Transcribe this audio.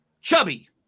Chubby